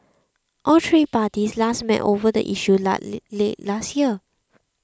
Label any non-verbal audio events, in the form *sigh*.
all three parties last met over the issue *unintelligible* late last year